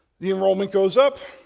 the enrollment goes up,